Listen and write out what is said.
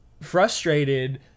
frustrated